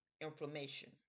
inflammation